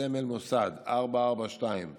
סמל מוסד 442848,